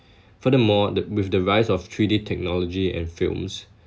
furthermore the with the rise of three d technology and films